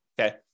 okay